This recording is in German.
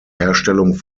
herstellung